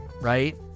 right